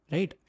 Right